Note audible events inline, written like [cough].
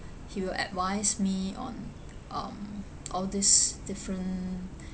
he will advise me on um all these different [breath]